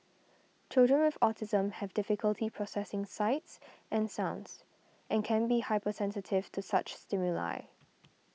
children with autism have difficulty processing sights and sounds and can be hypersensitive to such stimuli